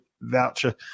voucher